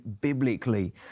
biblically